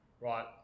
right